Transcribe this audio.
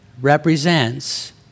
represents